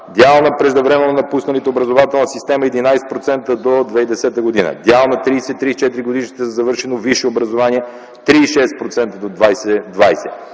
дял на преждевременно напусналите образователната система – 11% до 2010 г.; дял на 30 34 годишните със завършено висше образование – 36% до 2020